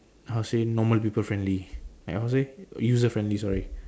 how to say normal people friendly like how to say user friendly sorry